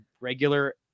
regular